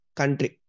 country